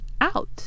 out